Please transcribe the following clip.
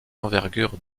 envergure